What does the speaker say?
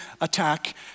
attack